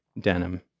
denim